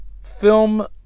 film